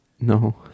No